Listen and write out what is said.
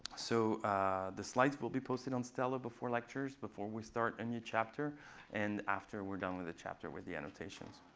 so the slides will be posted on stellar before lectures before we start a new chapter and after we're done with the chapter, with the annotations,